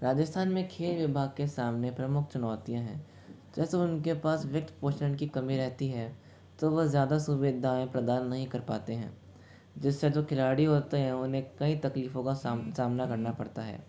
राजस्थान में खेल विभाग के सामने प्रमुख चुनौतियाँ हैं जैसे उनके पास वित्त पोषण की कमी रहती है तो वो ज़्यादा सुविधाएँ प्रदान नहीं कर पाते हैं जिससे जो खिलाड़ी होते हैं उन्हें कई तकलीफ़ों का साम सामना करना पड़ता है